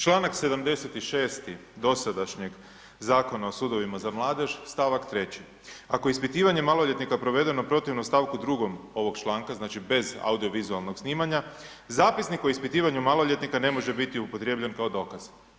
Čl. 76. dosadašnjeg Zakona o sudovima za mladež, stavak 3. Ako je ispitivanje maloljetnika provedeno protivno stavku 2. ovog članka, znači bez audio-vizualnog snimanja, zapisnik o ispitivanju maloljetnika ne može biti upotrebljen kao dokaz.